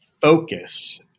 focus